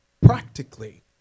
practically